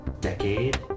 decade